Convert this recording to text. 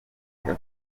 avuga